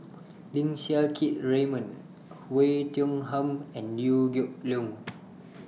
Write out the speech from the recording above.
Lim Siang Keat Raymond Oei Tiong Ham and Liew Geok Leong